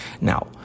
Now